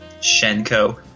Shenko